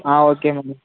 ah okay ma'am